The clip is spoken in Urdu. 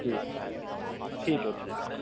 ٹھیک ہے ٹھیک ہے ٹھیک ہے